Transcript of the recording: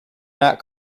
not